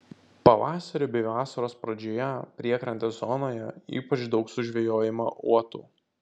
pavasarį bei vasaros pradžioje priekrantės zonoje ypač daug sužvejojama uotų